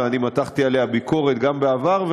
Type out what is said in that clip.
ואני מתחתי עליה ביקורת גם בעבר,